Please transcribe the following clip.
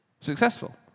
successful